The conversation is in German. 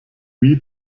wie